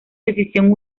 decisión